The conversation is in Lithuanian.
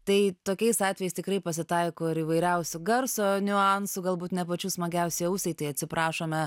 tai tokiais atvejais tikrai pasitaiko ir įvairiausių garso niuansų galbūt ne pačių smagiausių ausiai tai atsiprašome